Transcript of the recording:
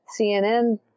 CNN